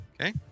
Okay